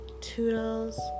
Toodles